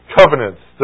covenants